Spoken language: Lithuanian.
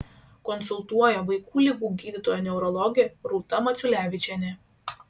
konsultuoja vaikų ligų gydytoja neurologė rūta maciulevičienė